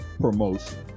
promotion